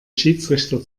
schiedsrichter